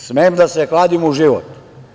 Smem da se kladim u život.